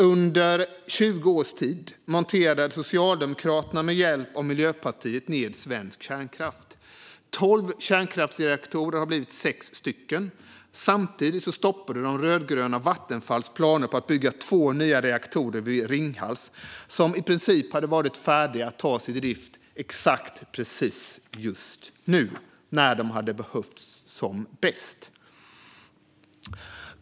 Under 20 års tid monterade Socialdemokraterna med hjälp av Miljöpartiet ned svensk kärnkraft. Tolv kärnkraftsreaktorer har blivit sex. Samtidigt stoppade de rödgröna Vattenfalls planer på att bygga två nya reaktorer vid Ringhals, som annars i princip hade varit färdiga att tas i drift exakt nu, när de hade behövts som bäst.